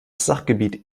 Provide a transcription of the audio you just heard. sachgebiet